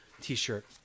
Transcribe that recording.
t-shirt